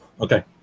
Okay